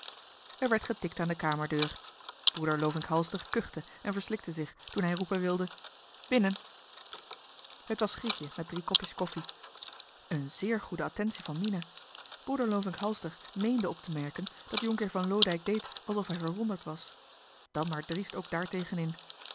er werd getikt aan de kamerdeur broeder lovink halster kuchte en verslikte zich toen hij roepen wilde binnen het was grietje met drie kopjes koffie een zéér goede attentie van mina broeder lovink halster méénde op te merken dat jhr van loodijck deed alsof hij verwonderd was dan maar driest ook daartegen in